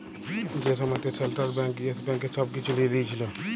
যে সময়তে central bank yes ব্যাংকের ছব কিছু লিঁয়ে লিয়েছিল